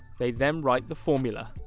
they then write the formula.